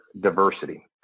diversity